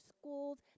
schools